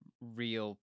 real